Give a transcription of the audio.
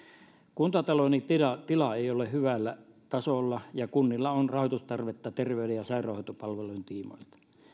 kuntatalouden tila tila ei ole hyvällä tasolla ja kunnilla on rahoitustarvetta terveyden ja sairaanhoitopalveluiden tiimoilta